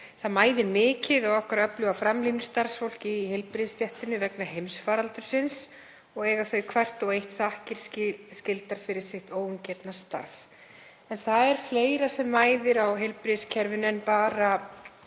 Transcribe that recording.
Það mæðir mikið á okkar öfluga framlínustarfsfólki í heilbrigðisstéttinni vegna heimsfaraldursins og eiga þau hvert og eitt þakkir skildar fyrir sitt óeigingjarnan starf. En það er fleira sem mæðir á heilbrigðiskerfinu en bara